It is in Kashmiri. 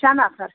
شےٚ نفر